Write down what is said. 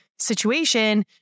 situation